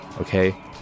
okay